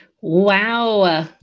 Wow